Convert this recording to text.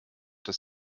das